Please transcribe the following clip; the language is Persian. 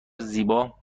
زیبا